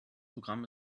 programm